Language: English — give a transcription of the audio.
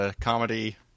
comedy